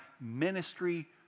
ministry